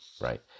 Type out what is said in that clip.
right